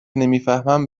نمیفهمم